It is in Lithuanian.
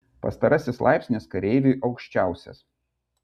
pastarasis laipsnis kareiviui aukščiausias